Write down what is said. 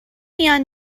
میان